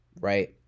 right